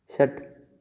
षट्